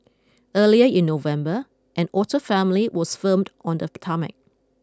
earlier in November an otter family was firmed on the tarmac